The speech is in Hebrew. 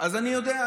אז אני יודע.